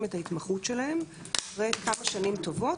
את ההתמחות שלהם אחרי כמה שנים טובות,